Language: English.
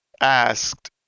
Asked